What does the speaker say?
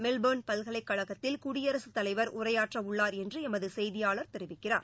Melbourne பல்கலைக்கழகத்தில் குடியரசுத் தலைவர் உரையாற்றஉள்ளார் என்றுஎமதுசெய்தியாளர் தெரிவிக்கிறார்